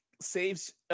saves